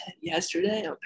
yesterday